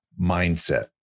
mindset